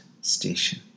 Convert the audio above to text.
station